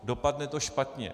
Dopadne to špatně.